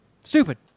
Stupid